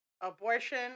abortion